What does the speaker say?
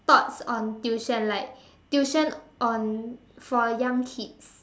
thoughts on tuition like tuition on for young kids